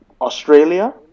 Australia